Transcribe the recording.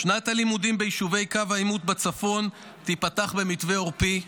שנת הלימודים ביישובי קו העימות בצפון תיפתח במתווה עורפי,